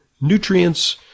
nutrients